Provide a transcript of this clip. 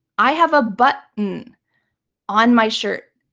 i have a button on my shirt.